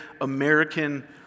American